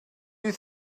you